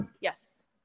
Yes